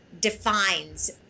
defines